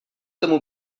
tomu